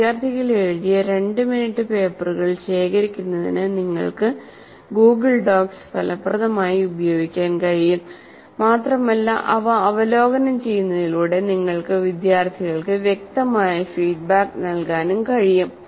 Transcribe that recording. വിദ്യാർത്ഥികൾ എഴുതിയ 2 മിനിറ്റ് പേപ്പറുകൾ ശേഖരിക്കുന്നതിന് നിങ്ങൾക്ക് ഗൂഗിൾ ഡോക്സ് ഫലപ്രദമായി ഉപയോഗിക്കാൻ കഴിയും മാത്രമല്ല അവ അവലോകനം ചെയ്യുന്നതിലൂടെ നിങ്ങൾക്ക് വിദ്യാർത്ഥികൾക്ക് വ്യക്തമായ ഫീഡ്ബാക്ക് നൽകാൻ കഴിയും